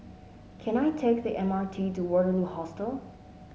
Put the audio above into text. can I take the M R T to Waterloo Hostel